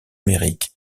amérique